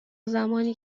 زمانی